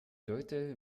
leute